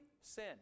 sin